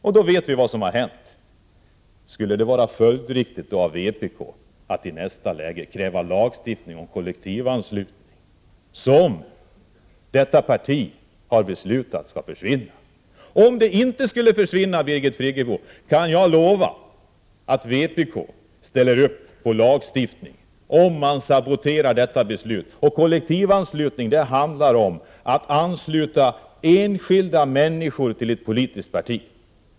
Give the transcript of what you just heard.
Och sedan vet vi vad som har hänt. Skulle det då vara följdriktigt att i nästa steg kräva en lagstiftning mot kollektivanslutning, som det aktuella partiet har beslutat skall försvinna? Om den inte kommer att försvinna kan jag, Birgit Friggebo, lova att vpk ställer upp på lagstiftning. Det kommer vi att göra om man saboterar det här beslutet. Och kollektivanslutning handlar om att ansluta enskilda människor till ett politiskt parti.